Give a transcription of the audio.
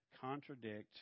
contradict